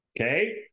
okay